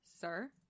Sir